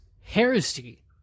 heresy